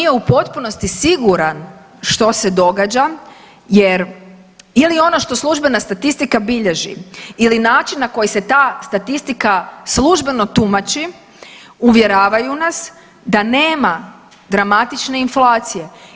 Nitko nije u potpunosti siguran što se događa jer ili ono što službena statistika bilježi ili način na koji se ta statistika službeno tumači, uvjeravaju nas da nema dramatične inflacije.